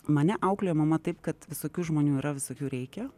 mane auklėjo mama taip kad visokių žmonių yra visokių reikia